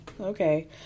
Okay